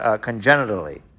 congenitally